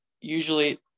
usually